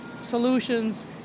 solutions